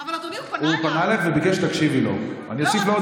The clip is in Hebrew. אבל אדוני, הוא פנה אליי.